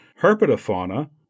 herpetofauna